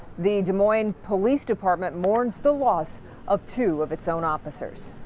the des moines police department mourns the loss of two of its own officers.